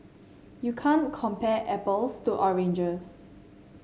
you can't compare apples to oranges